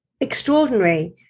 extraordinary